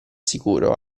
sicuro